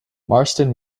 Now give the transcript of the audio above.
marston